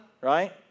right